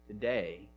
today